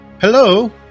Hello